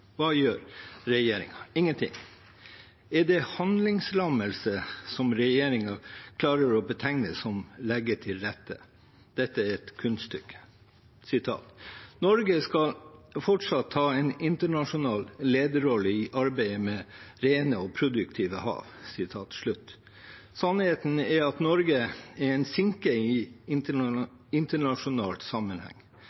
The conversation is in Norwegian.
Hva gjør regjeringen? Ingenting. Er det handlingslammelse regjeringen klarer å betegne som å legge til rette? Dette er et kunststykke. Jeg siterer fra regjeringserklæringen: «Norge skal fortsatt ta en internasjonal lederrolle i arbeidet med rene og produktive hav.» Sannheten er at Norge er en sinke i